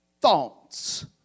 thoughts